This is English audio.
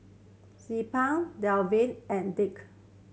Zilpah Davian and Dirk